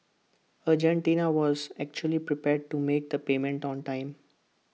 Argentina was actually prepared to make the payment on time